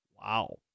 Wow